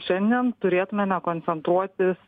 šiandien turėtumėme koncentruotis